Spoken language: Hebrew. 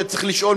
שצריך לשאול,